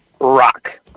Rock